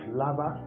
lava